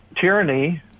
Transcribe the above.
tyranny